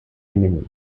enemy